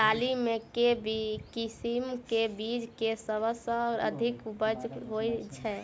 दालि मे केँ किसिम केँ बीज केँ सबसँ अधिक उपज होए छै?